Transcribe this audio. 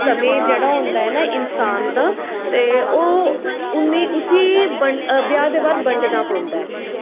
समें जेह्ड़ा होंदा ऐ न इंसान दा ते ओह् हून में उसी बंड उसी ब्याह् दे बंडना पौंदा ऐ